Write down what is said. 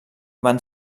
van